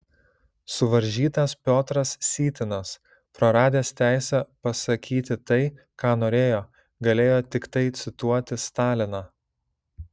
suvaržytas piotras sytinas praradęs teisę pasakyti tai ką norėjo galėjo tiktai cituoti staliną